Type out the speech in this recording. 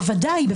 בוודאי.